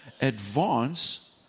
advance